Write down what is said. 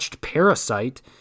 parasite